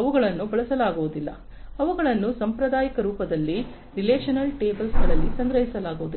ಅವುಗಳನ್ನು ಬಳಸಲಾಗುವುದಿಲ್ಲ ಅವುಗಳನ್ನು ಸಾಂಪ್ರದಾಯಿಕ ರೂಪದಲ್ಲಿ ರಿಲೇಶನಲ್ ಟೇಬಲ್ಸ್ಗಳಲ್ಲಿ ಸಂಗ್ರಹಿಸಲಾಗುವುದಿಲ್ಲ